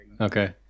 Okay